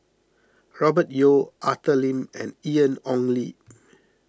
Robert Yeo Arthur Lim and Ian Ong Li